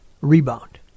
rebound